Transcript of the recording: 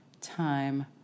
time